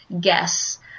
guess